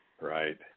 Right